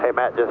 crazy. matt